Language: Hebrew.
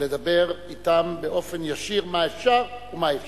ולדבר אתם באופן ישיר, מה אפשר ומה אי-אפשר.